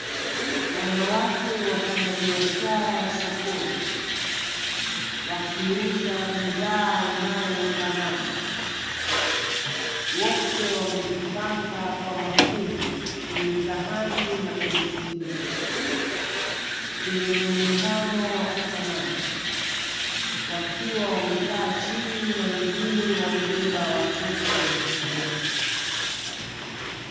Wanawake wafanyabiashara sokoni wakiuza bidhaa inayofanana, wote wamezipanga kwa mafungu kwenye sahani na kwenye sinia zenye muonekano wakufanana, wakiwa wamekaa chini na wengine wamebeba watoto na kusimama.